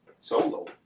solo